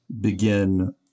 begin